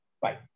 Bye